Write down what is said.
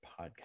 podcast